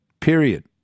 Period